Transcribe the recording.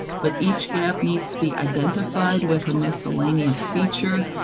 but each gap needs to be identified with the miscellaneous feature.